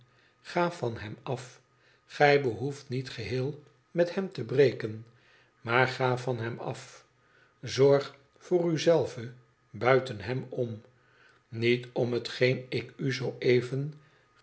ga van hem af gij behoeft niet geheel met hem te breken maar ga van hem af zorg voor u zelve buiten hem om niet om hetgeen ik u zoo even